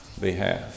behalf